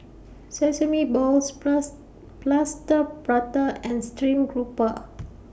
Sesame Balls Plus Plaster Prata and Stream Grouper